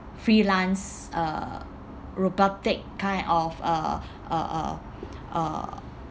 freelance uh robotic kind of uh uh uh uh